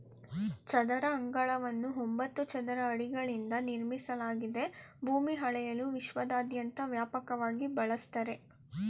ಚದರ ಅಂಗಳವನ್ನು ಒಂಬತ್ತು ಚದರ ಅಡಿಗಳಿಂದ ನಿರ್ಮಿಸಲಾಗಿದೆ ಭೂಮಿ ಅಳೆಯಲು ವಿಶ್ವದಾದ್ಯಂತ ವ್ಯಾಪಕವಾಗಿ ಬಳಸ್ತರೆ